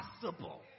possible